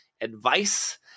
advice